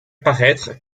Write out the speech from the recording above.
paraître